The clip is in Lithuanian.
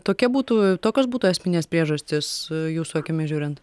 tokia būtų tokios būtų esminės priežastys jūsų akimis žiūrint